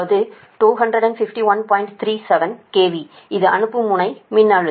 37 KV இது அனுப்பும் முனை மின்னழுத்தம்